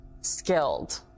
skilled